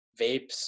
vapes